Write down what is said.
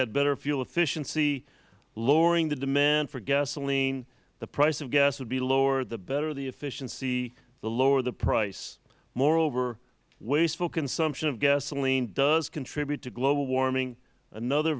had better fuel efficiency lowering the demand for gasoline the price of gas would be lower the better the efficiency the lower the price moreover wasteful consumption of gasoline does contribute to global warming another